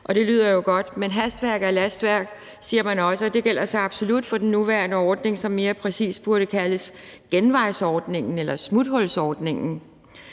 og det lyder jo godt. Men hastværk er lastværk, siger man også, og det gælder så absolut for den nuværende ordning, som mere præcist burde kaldes genvejsordningen eller smuthulsordningen.